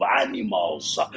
animals